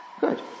Good